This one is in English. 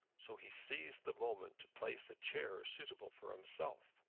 so he seized the moment to place a chair suitable for himself,